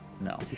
No